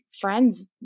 friends